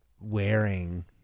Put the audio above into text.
wearing